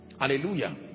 hallelujah